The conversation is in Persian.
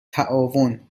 تعاون